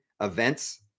events